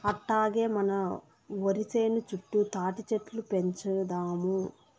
అట్టాగే మన ఒరి సేను చుట్టూ తాటిచెట్లు పెంచుదాము